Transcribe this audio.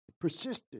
persisted